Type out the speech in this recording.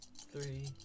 Three